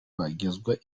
bagezwa